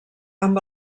amb